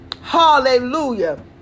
Hallelujah